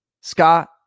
Scott